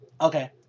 Okay